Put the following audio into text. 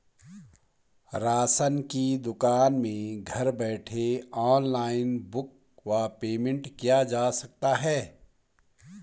Ration की दुकान में घर बैठे ऑनलाइन बुक व पेमेंट किया जा सकता है?